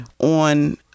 on